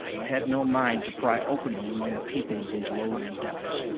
i had no mind to pry openly among the people of these lowland depths,